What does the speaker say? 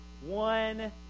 one